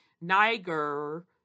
Niger